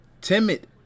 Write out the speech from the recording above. Timid